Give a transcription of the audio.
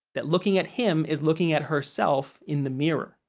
that looking at him is looking at herself in the mirror?